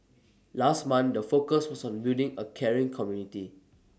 last month the focus was on building A caring community